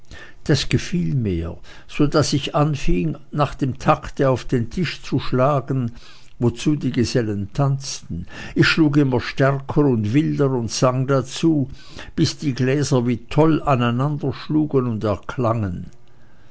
dies gefiel mir so daß ich anfing nach dem takte auf den tisch zu schlagen wozu die gesellen tanzten ich schlug immer stärker und wilder und sang dazu bis die gläser wie toll aneinanderschlugen und erklangen